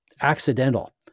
accidental